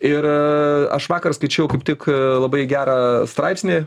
ir aš vakar skaičiau kaip tik labai gerą straipsnį